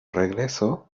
regresó